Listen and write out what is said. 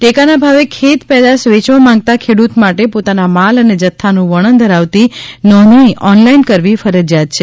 ટેકા ના ભાવે ખેત પેદાશ વેયવા માંગતા ખેડૂત માટે પોતાના માલ અને જથ્થા નુ વર્ણન ધરાવતી નોંધણી ઓનલાઇન કરવી ફરજિયાત છે